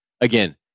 again